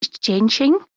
changing